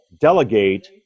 delegate